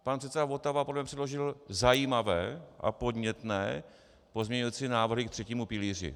Pan předseda Votava předložil zajímavé a podnětné pozměňující návrhy ke třetímu pilíři.